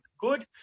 good